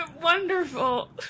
Wonderful